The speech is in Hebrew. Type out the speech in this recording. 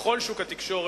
בכל שוק התקשורת,